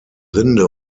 rinde